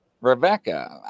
Rebecca